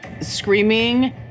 Screaming